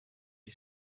est